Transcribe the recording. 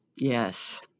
Yes